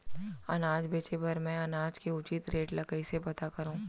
अनाज बेचे बर मैं अनाज के उचित रेट ल कइसे पता करो?